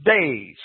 days